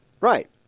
Right